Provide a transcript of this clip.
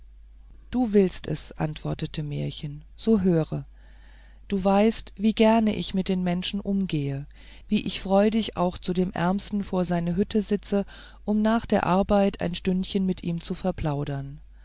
du willst es antwortete märchen so höre du weißt wie gerne ich mit den menschen umgehe wie ich freudig auch zu dem ärmsten vor seine hütte sitze um nach der arbeit ein stündchen mit ihm zu verplaudern